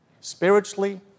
Spiritually